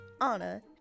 Anna